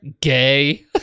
Gay